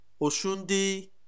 Oshundi